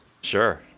sure